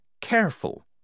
careful